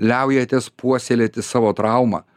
liaujatės puoselėti savo traumą